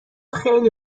خیلی